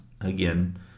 again